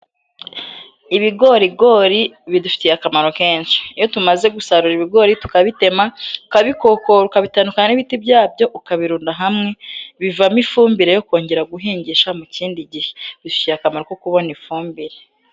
Ibigorigori bidufitiye akamaro kenshi, iyo tumaze gusarura ibigori tukabitema bikokora tandukana n'ibiti byabyo ukabirunda, hamwe bivamo ifumbire yo kongera guhingisha mu kindi gihe. Bifitiye akamaro ko kubona ifumbire.